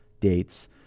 dates